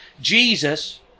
Jesus